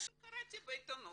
מה שקראתי בעתונות.